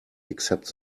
except